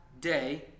day